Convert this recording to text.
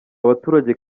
baturage